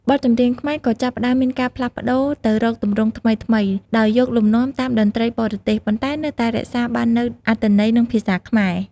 បទចម្រៀងខ្មែរក៏ចាប់ផ្តើមមានការផ្លាស់ប្តូរទៅរកទម្រង់ថ្មីៗ ដោយយកលំនាំតាមតន្ត្រីបរទេស ប៉ុន្តែនៅតែរក្សាបាននូវអត្ថន័យ និងភាសាខ្មែរ។